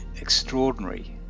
extraordinary